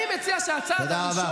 אני מציע שהצעד הראשון,